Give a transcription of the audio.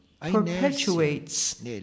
perpetuates